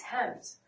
attempt